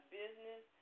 business